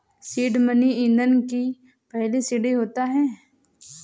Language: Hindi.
सीड मनी ईंधन की पहली सीढ़ी होता है